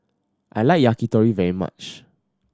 I like Yakitori very much